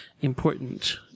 important –